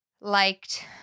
liked